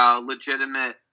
legitimate